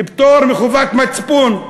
פטור מחובת מצפון.